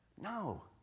No